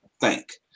thank